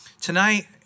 Tonight